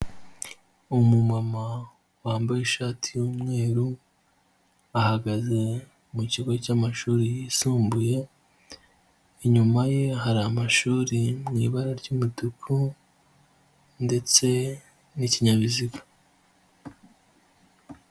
Umumama wambaye ishati y'umweru, ahagaze mu kigo cy'amashuri yisumbuye, inyuma ye hari amashuri mu ibara ry'umutuku, ndetse n'ikinyabiziga.